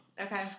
Okay